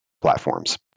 platforms